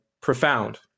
profound